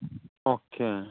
okay